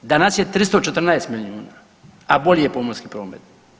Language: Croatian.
Danas je 314 milijuna, a bolji je pomorski promet.